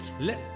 let